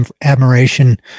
admiration